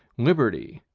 liberty,